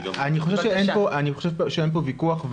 אני חושב שאין פה ויכוח,